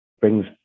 brings